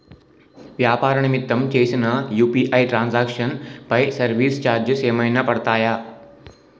వ్యాపార నిమిత్తం చేసిన యు.పి.ఐ ట్రాన్ సాంక్షన్ పై సర్వీస్ చార్జెస్ ఏమైనా పడతాయా?